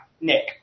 Nick